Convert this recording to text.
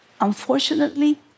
Unfortunately